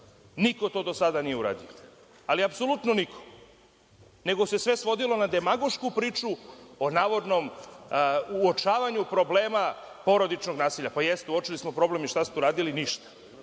Niko to do sada nije uradio, ali apsolutno niko, nego se sve svodilo na demagošku priču o navodnom uočavanju problema porodičnog nasilja. Pa jeste, uočili ste problem i šta ste uradili? Ništa.